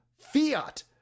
fiat